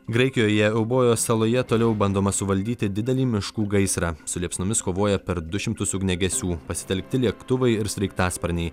graikijoje eubojos saloje toliau bandoma suvaldyti didelį miškų gaisrą su liepsnomis kovoja per du šimtus ugniagesių pasitelkti lėktuvai ir sraigtasparniai